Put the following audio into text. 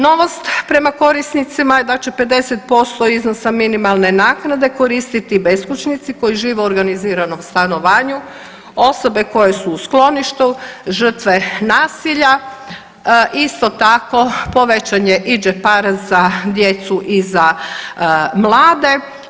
Novost prema korisnicima je da će 50% iznosa minimalne naknade koristiti beskućnici koji žive u organiziranom stanovanju, osobe koje su u skloništu žrtve nasilja, isto tako povećan je džeparac i za djecu i za mlade.